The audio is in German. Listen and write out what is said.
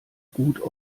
gut